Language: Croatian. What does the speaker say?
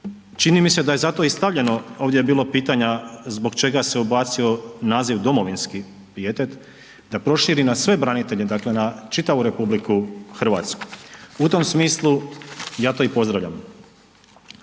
čini mise da je zato i stavljeno ovdje je bilo pitanja zbog čega se ubacio naziv domovinski pijetet, da proširi na sve branitelje dakle na čitavu RH. U tom smislu ja to i pozdravljam.